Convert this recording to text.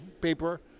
paper